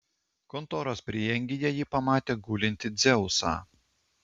kontoros prieangyje ji pamatė gulintį dzeusą